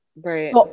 right